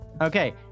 Okay